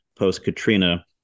post-Katrina